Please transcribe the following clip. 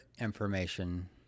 information